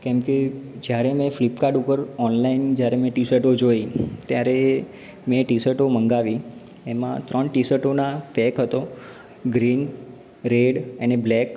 કેમ કે જયારે મેં ફ્લિપકાર્ડ ઉપર ઑનલાઇન જયારે મેં ટી શર્ટો જોઈ ત્યારે મેં ટી શર્ટો મગાવી એમાં ત્રણ ટી શર્ટોના પૅક હતો ગ્રીન રૅડ અને બ્લૅક